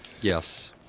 Yes